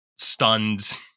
Stunned